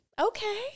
okay